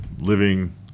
living